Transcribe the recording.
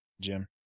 Jim